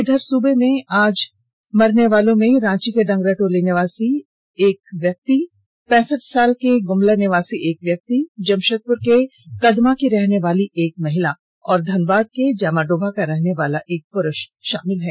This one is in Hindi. इधर सूबे में आज मरने वालों में रांची के डंगराटोली निवासी एक व्यक्ति पैंसठ साल के गुमला निवासी एक व्यक्ति जमशेदपुर के कदमा की रहने वाली एक महिला और धनबाद के जामाडोभा का रहने वाला एक पुरूष शामिल है